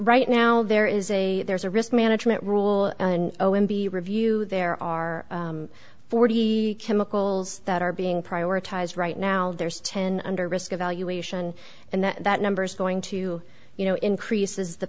right now there is a there's a risk management rule in o m b review there are forty chemicals that are being prioritized right now there's ten under risk evaluation and that number's going to you know increases